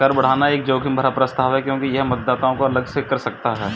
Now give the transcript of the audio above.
कर बढ़ाना एक जोखिम भरा प्रस्ताव है क्योंकि यह मतदाताओं को अलग अलग कर सकता है